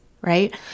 right